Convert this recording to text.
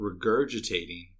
regurgitating